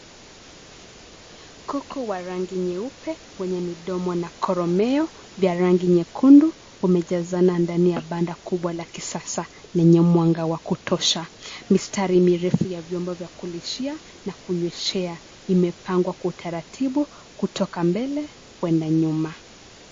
Kuku wa rangi nyeupe wenye midomo na koromeo ya rangi nyekundu wamejazana ndani ya banda kubwa la kisasa lenye mwanga wa kutosha. Mistari mirefu ya vyombo vya kulishia na kunyweshea imepangwa kwa utaratibu kutoka mbele kwenda nyuma.